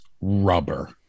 rubber